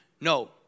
No